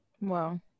Wow